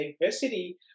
diversity